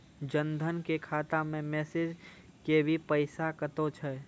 जन धन के खाता मैं मैसेज के भी पैसा कतो छ?